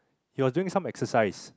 he was doing some exercise